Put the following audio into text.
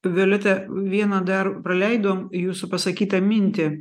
violeta vieną dar praleidom jūsų pasakytą mintį